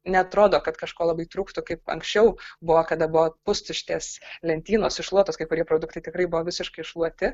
neatrodo kad kažko labai trūktų kaip anksčiau buvo kada buvo pustuštės lentynos iššluotos kai kurie produktai tikrai buvo visiškai iššluoti